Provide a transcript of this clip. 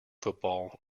football